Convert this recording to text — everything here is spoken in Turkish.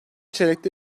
çeyrekte